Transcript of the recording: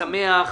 סדר-היום: